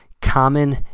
common